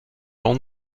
own